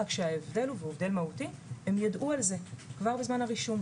רק שההבדל המהותי הוא שהם ידעו על זה כבר בזמן הרישום.